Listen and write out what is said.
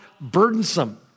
burdensome